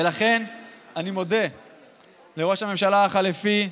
ולכן אני מודה לראש הממשלה החליפי,